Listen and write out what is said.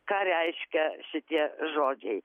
ką reiškia šitie žodžiai